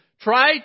Try